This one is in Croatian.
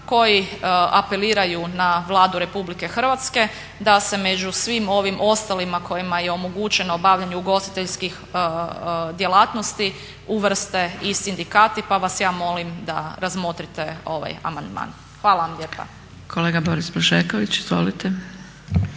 koji apeliraju na Vladu RH da se među svim ovim ostalima kojima je omogućeno bavljenje ugostiteljskih djelatnosti uvrste i sindikati pa vas ja molim da razmotrite ovaj amandman. Hvala vam lijepa. **Zgrebec, Dragica